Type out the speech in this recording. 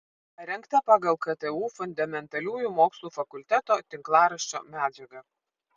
parengta pagal ktu fundamentaliųjų mokslų fakulteto tinklaraščio medžiagą